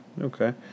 Okay